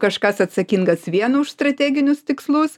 kažkas atsakingas vien už strateginius tikslus